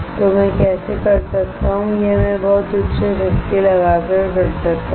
तो मैं कैसे कर सकता हूं यह मैं बहुत उच्च शक्ति लगाकर कर सकता हूं